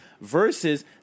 versus